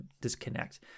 disconnect